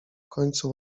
końcu